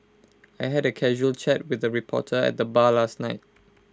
I had A casual chat with A reporter at the bar last night